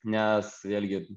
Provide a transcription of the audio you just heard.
nes vėlgi